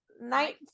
night